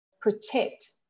protect